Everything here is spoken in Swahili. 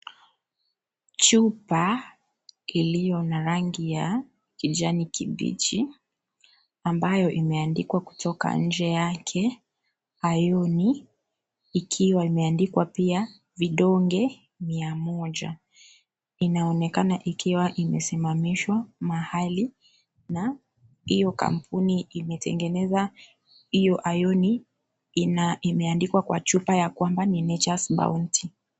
Chupa, iliyo na rangi ya kijani kibichi, ambayo imeandikwa kutoka nje yake, iron , ikiwa imeandikwa pia ,vidonge mia moja. Inaonekana ikiwa imesimamishwa mahali na hiyo kampuni imetengeneza hiyo iron ina na imeandikwa kwa chupa ya kwamba ni natures bounty .